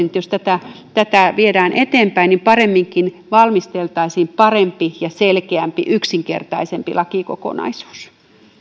että jos tätä tätä viedään eteenpäin niin paremminkin valmisteltaisiin parempi ja selkeämpi yksinkertaisempi lakikokonaisuus arvoisa